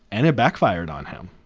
and it backfired on him.